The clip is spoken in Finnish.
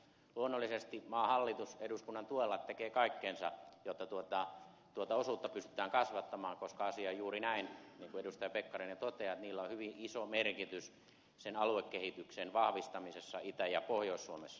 luonnollisesti maan hallitus eduskunnan tuella tekee kaikkensa jotta tuota osuutta pystytään kasvattamaan koska asia on juuri näin niin kuin edustaja pekkarinen toteaa että niillä on hyvin iso merkitys aluekehityksen vahvistamisessa itä ja pohjois suomessa